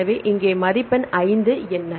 எனவே இங்கே மதிப்பெண் 5 என்ன